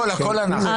הכול אנחנו.